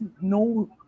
no